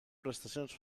prestacions